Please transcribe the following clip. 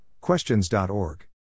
Questions.org